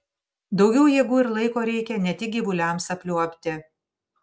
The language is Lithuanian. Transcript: daugiau jėgų ir laiko reikia ne tik gyvuliams apliuobti